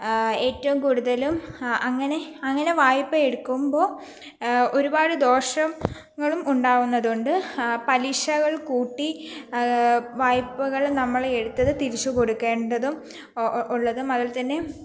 ഏറ്റവും കൂടുതലും അങ്ങനെ അങ്ങനെ വായ്പ എടുക്കുമ്പോള് ഒരുപാട് ദോഷങ്ങളും ഉണ്ടാകുന്നതുകൊണ്ട് പലിശകൾ കൂട്ടി വായ്പകൾ നമ്മള് എടുത്തത് തിരിച്ചുകൊടുക്കേണ്ടതും ഉ ഉള്ളതും അതുപോലെത്തന്നെ